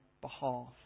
behalf